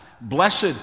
blessed